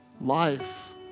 life